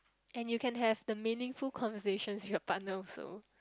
and you can have the meaningful conversations with your partner also